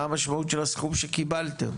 מה המשמעות של הסכום שקיבלתם?